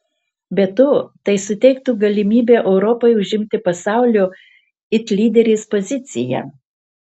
be to tai suteiktų galimybę europai užimti pasaulio it lyderės poziciją